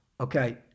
Okay